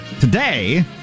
Today